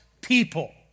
people